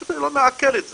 אני פשוט לא מעכל את זה,